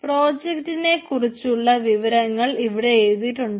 പ്രോജക്ടിനെ കുറിച്ചുള്ള വിവരങ്ങൾ ഇവിടെ എഴുതിയിട്ടുണ്ട്